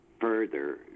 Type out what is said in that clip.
further